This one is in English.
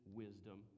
wisdom